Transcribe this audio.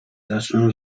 zaczną